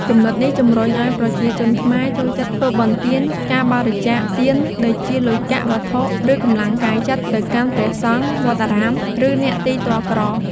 គំនិតនេះជំរុញឱ្យប្រជាជនខ្មែរចូលចិត្តធ្វើបុណ្យទាន ការបរិច្ចាគទាន ដូចជាលុយកាក់ វត្ថុ ឬកម្លាំងកាយចិត្ត ទៅកាន់ព្រះសង្ឃ វត្តអារាម ឬអ្នកទីទ័លក្រ។